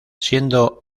siendo